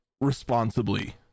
responsibly